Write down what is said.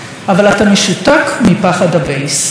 אבל אתה משותק מפחד ה-base.